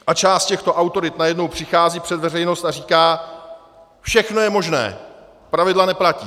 A část těchto autorit najednou přichází před veřejnost a říká všechno je možné, pravidla neplatí.